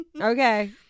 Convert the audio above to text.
okay